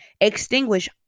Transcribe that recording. extinguish